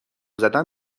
زدن